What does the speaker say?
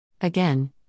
Again